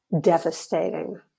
devastating